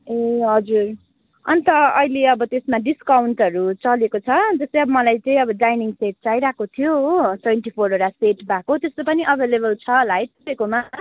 ए हजुर अन्त अहिले अब त्यसमा डिस्काउन्टहरू चलेको छ जस्तै मलाई चाहिँ अब डाइनिङ सेट चाहिरहेको थियो हो ट्वेन्टी फोरवटा सेट भएको त्यस्तो पनि अभाइलेबल छ होला है तपाईँकोमा